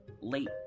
Late